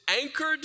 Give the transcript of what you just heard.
anchored